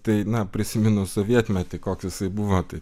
tai na prisiminus sovietmetį koks jisai buvo tai